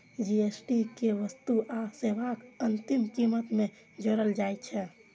GST कें वस्तु आ सेवाक अंतिम कीमत मे जोड़ल जाइ छै